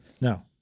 No